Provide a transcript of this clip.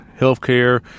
healthcare